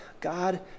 God